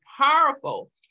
powerful